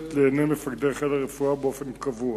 לנגד עיניהם של מפקדי חיל הרפואה באופן קבוע.